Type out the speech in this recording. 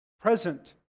present